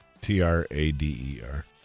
T-R-A-D-E-R